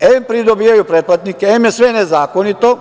Em pridobijaju pretplatnike, em je sve nezakonito,